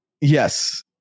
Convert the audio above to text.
yes